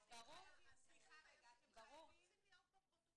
ולא מכניסים מישהו חיצוני